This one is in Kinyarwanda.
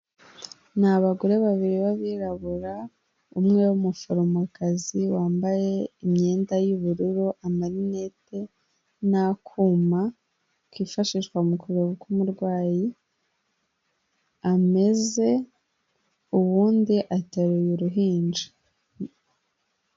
Ni abagore babiri b'abirabura, umwe w'umuforomokazi wambaye imyenda y'ubururu, amarinete n'akuma kifashishwa mu kumumenya uko umurwayi ameze, uwundi ateruye uruhinja.